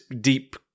deep